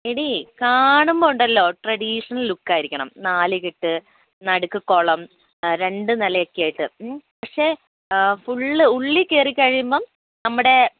എടീ കാണുമ്പോൾ ഉണ്ടല്ലോ ട്രഡീഷണൽ ലുക്ക് ആയിരിക്കണം നാലുകെട്ട് നടുക്ക് കുളം രണ്ട് നിലയൊക്കെയായിട്ട് മ് പക്ഷേ ഫുൾ ഉള്ളിൽ കയറി കഴിയുമ്പം നമ്മുടെ